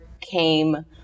came